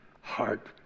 heart